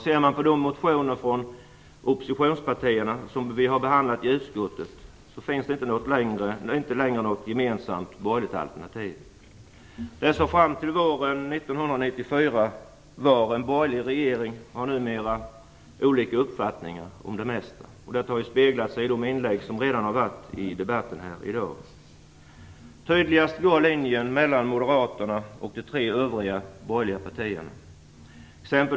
Ser man på de motioner från oppositionspartierna som vi har behandlat i utskottet finns det inte längre något gemensamt borgerligt alternativ. Det som fram till våren 1994 var en borgerlig regering har numera olika uppfattningar om det mesta. Och detta har ju speglats i de inlägg som vi redan har hört i debatten i dag. Tydligast går linjen mellan moderaterna och de tre övriga borgerliga partierna.